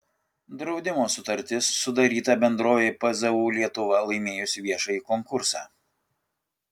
draudimo sutartis sudaryta bendrovei pzu lietuva laimėjus viešąjį konkursą